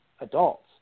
adults